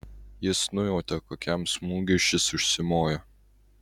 jis nujautė kokiam smūgiui šis užsimojo